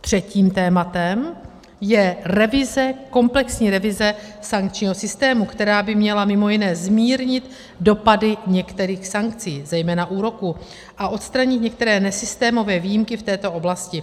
Třetím tématem je revize, komplexní revize sankčního systému, která by měla mimo jiné zmírnit dopady některých sankcí, zejména úroků, a odstranit některé nesystémové výjimky v této oblasti.